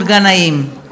תשובתו של השר מתקבלת.